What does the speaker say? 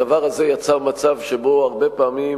הדבר הזה יצר מצב שבו הרבה פעמים